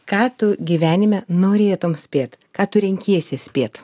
ką tu gyvenime norėtumei spėt ką tu renkiesi spėt